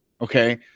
Okay